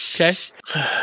okay